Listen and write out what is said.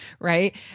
right